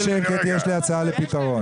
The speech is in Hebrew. יהיה שקט, יש לי הצעה לפתרון.